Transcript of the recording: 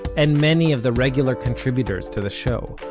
and many of the regular contributor to the show.